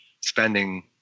spending